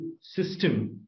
system